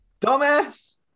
dumbass